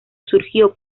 surgió